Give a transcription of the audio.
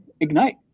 Ignite